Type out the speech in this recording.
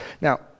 Now